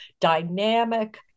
dynamic